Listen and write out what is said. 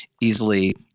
easily